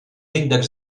índexs